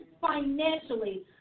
financially